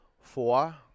four